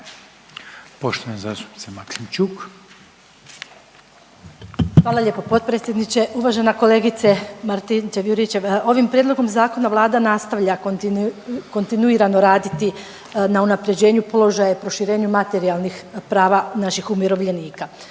Ljubica (HDZ)** Hvala lijepo potpredsjedniče. Uvažena kolegice Martinčev Juričev ovim prijedlogom zakona vlada nastavlja kontinuirano raditi na unapređenju položaja i proširenju materijalnih prava naših umirovljenika.